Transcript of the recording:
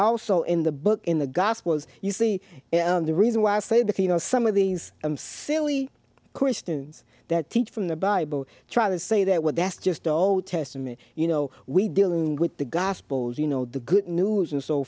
also in the book in the gospels you see the reason why i say that you know some of these silly corstens that teach from the bible try to say that well that's just old testament you know we deal with the gospels you know the good news and so